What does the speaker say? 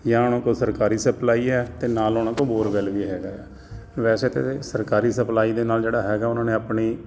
ਜਾਂ ਸਰਕਾਰੀ ਕੋਲ ਸਪਲਾਈ ਹੈ ਅਤੇ ਨਾਲ ਉਹਨਾਂ ਕੋਲ ਬੋਰਵੈਲ ਵੀ ਹੈਗਾ ਵੈਸੇ ਤੇ ਸਰਕਾਰੀ ਸਪਲਾਈ ਦੇ ਨਾਲ ਜਿਹੜਾ ਹੈਗਾ ਉਹਨਾਂ ਨੇ ਆਪਣੀ